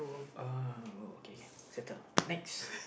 uh okay okay settled next